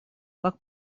как